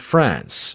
France